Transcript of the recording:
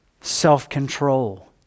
Self-control